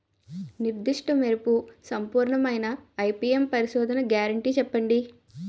నిర్దిష్ట మెరుపు సంపూర్ణమైన ఐ.పీ.ఎం పరిశోధన గ్యారంటీ చెప్పండి?